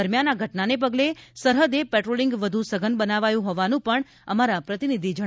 દરમ્યાન આ ઘટનાને પગલે સરહદે પેટ્રોલિંગ વધુ સઘન બનાવાયું હોવાનું અમારા પ્રતિનિધિ જણાવે છે